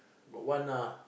got one lah